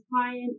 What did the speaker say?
client